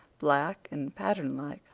black and patternlike,